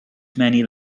many